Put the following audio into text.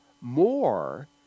more